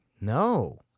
No